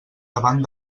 davant